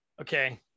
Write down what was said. okay